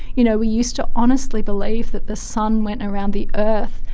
you know, we used to honestly believe that the sun went around the earth,